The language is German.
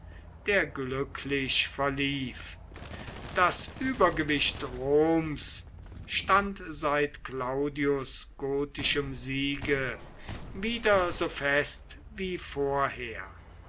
der glücklich verlief das übergewicht roms stand seit claudius gotischem siege wieder so fest wie vorher